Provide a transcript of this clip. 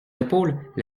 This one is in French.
épaules